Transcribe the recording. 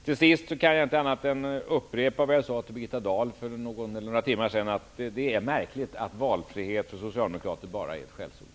Jag kan inte annat än upprepa det jag sade till Birgitta Dahl för någon eller några timmar sedan: Det är märkligt att ''valfrihet'' bara är ett skällsord för socialdemokrater.